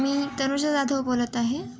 मी तनुजा जाधव बोलत आहे